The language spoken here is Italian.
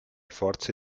forze